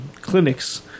clinics